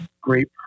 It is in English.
great